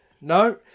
No